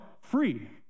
free